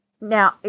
Now